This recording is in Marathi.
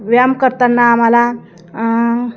व्यायाम करतांना आम्हाला